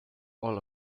all